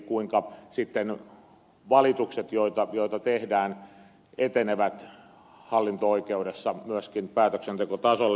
kuinka sitten valitukset joita tehdään etenevät hallinto oikeudessa myöskin päätöksentekotasolle